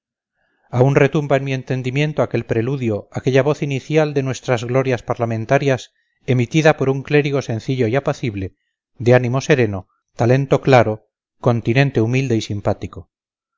xix aún retumba en mi entendimiento aquel preludio aquella voz inicial de nuestras glorias parlamentarias emitida por un clérigo sencillo y apacible de ánimo sereno talento claro continente humilde y simpático